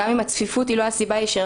גם אם הצפיפות היא לא הסיבה הישירה,